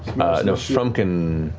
no, frumpkin.